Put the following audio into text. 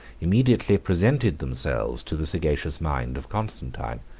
immediately presented themselves to the sagacious mind of constantine.